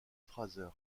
fraser